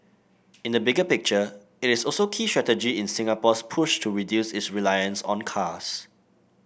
in the bigger picture it is also a key strategy in Singapore's push to reduce its reliance on cars